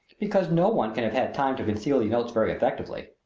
because no one can have had time to conceal the notes very effectively.